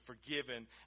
forgiven